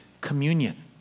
communion